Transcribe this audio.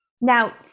Now